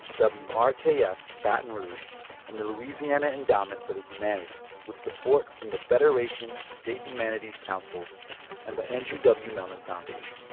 ah wrkf yeah baton rouge and the louisiana endowment for the humanities with support from the federation of state humanities councils and the andrew w. mellon foundation